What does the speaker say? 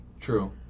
True